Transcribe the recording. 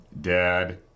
dad